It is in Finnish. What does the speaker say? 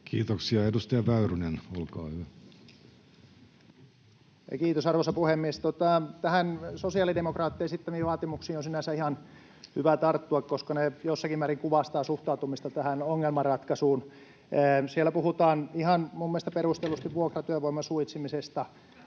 turvaamisesta Time: 16:03 Content: Kiitos, arvoisa puhemies! Näihin sosiaalidemokraattien esittämiin vaatimuksiin on sinänsä ihan hyvä tarttua, koska ne jossakin määrin kuvastavat suhtautumista tähän ongelmanratkaisuun. Siellä puhutaan minun mielestäni ihan perustellusti vuokratyövoiman suitsimisesta,